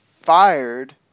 fired